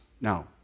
Now